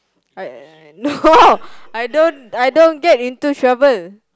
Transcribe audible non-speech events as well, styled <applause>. I uh no <laughs> I don't I don't get into trouble